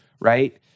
right